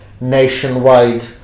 nationwide